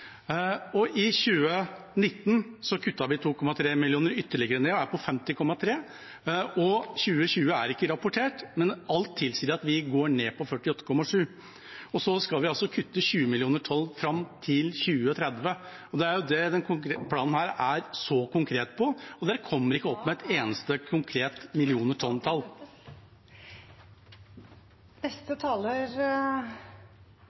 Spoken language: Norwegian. I 2019 kuttet vi ytterligere 2,3 millioner tonn og er på 50,3. 2020 er ikke rapportert, men alt tilsier at vi går ned til 48,7, og så skal vi altså kutte 20 millioner tonn fram til 2030. Det er det denne planen er så konkret på. Opposisjonen kommer ikke opp med et eneste konkret millioner